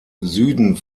süden